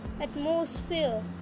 Atmosphere